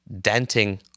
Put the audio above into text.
denting